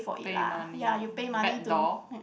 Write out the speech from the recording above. pay money ah back door